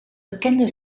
bekende